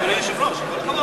אדוני היושב-ראש, עם כל הכבוד.